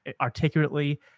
articulately